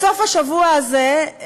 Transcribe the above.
בסוף השבוע הזה,